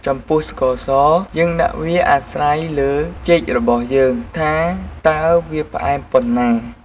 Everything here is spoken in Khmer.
ចំពោះស្ករសយើងដាក់វា អាស្រ័យលើចេករបស់យើង ថាតើវាផ្អែមប៉ុណ្ណា។